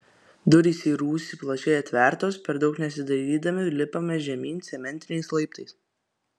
durys į rūsį plačiai atvertos per daug nesidairydami lipame žemyn cementiniais laiptais